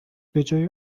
بجای